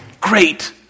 Great